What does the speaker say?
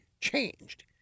changed